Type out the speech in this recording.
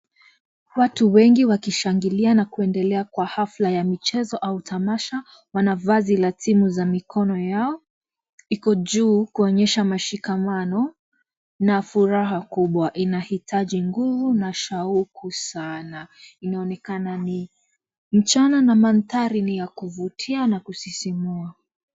Watu wengi wakishangilia na kuendelea kwa hafla ya michezo au tamasha. Wana vazi la timu za mikono yao iko juu kuonyesha mashikamano na furaha kubwa. Inahitaji nguvu na shauku sana. Inaonekana ni mchana na mandhari ni ya kuvutia na kusisimua.